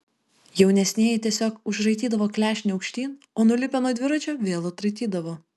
jaunesnieji tiesiog užraitydavo klešnę aukštyn o nulipę nuo dviračio vėl atraitydavo